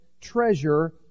treasure